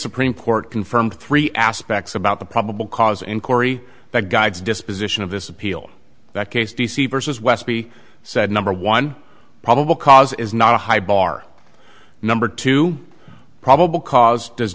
supreme court confirmed three aspects about the probable cause and corey that guides disposition of this appeal that case d c vs westby said number one probable cause is not a high bar number two probable cause does